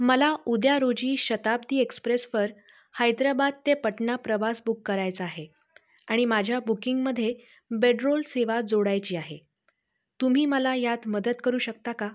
मला उद्या रोजी शताब्दी एक्सप्रेसवर हैदराबाद ते पटणा प्रवास बुक करायचा आहे आणि माझ्या बुकिंगमध्ये बेड्रोल सेवा जोडायची आहे तुम्ही मला यात मदत करू शकता का